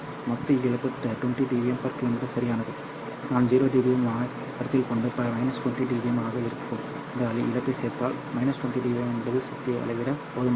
மொத்த இழப்பு 20dB km சரியானது நான் 0dBm ஐக் கருத்தில் கொண்டு 20dB ஆக இருக்கும் இந்த இழப்பைச் சேர்த்தால் 20dBm என்பது சக்தியை அளவிட போதுமானது